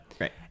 Right